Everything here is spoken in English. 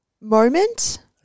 moment